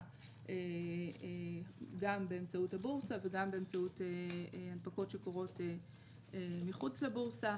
גם באמצעות הבורסה וגם באמצעות הנפקות שקורות מחוץ לבורסה.